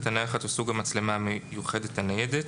הנייחת או סוג המצלמה המיוחדת הניידת.